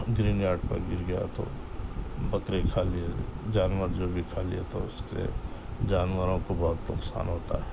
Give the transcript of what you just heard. green yard پر گر گیا تو بکرے کھا لیے جانور جو بھی کھا لیے تو اس کے جانوروں کو بہت نقصان ہوتا ہے